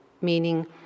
meaning